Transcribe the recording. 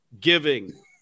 Giving